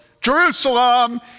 Jerusalem